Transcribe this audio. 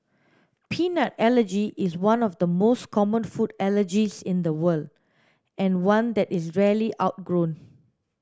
peanut allergy is one of the most common food allergies in the world and one that is rarely outgrown